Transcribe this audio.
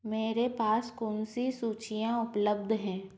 मेरे पास कौन सी सूचियाँ उपलब्ध हैं